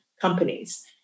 companies